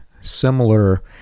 similar